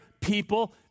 people